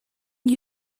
you